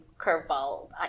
curveball